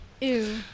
Ew